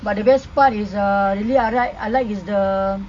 but the best part is uh really I like I like is the